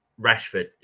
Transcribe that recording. Rashford